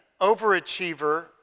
overachiever